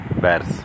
bears